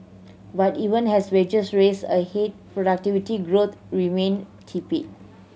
but even as wages raced ahead productivity growth remained tepid